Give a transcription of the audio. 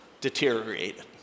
deteriorated